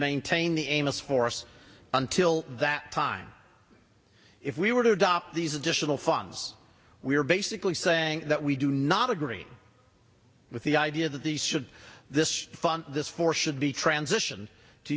maintain the amos horris until that time if we were to adopt these additional funds we are basically saying that we do not agree with the idea that the should this fund this force should be transitioned to